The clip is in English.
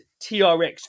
TRX